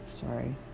sorry